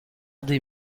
des